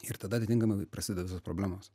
ir tada atitinkamai prasideda visos problemos